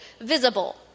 visible